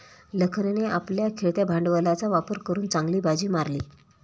लखनने आपल्या खेळत्या भांडवलाचा वापर करून चांगली बाजी मारली